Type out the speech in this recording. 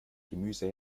gemüse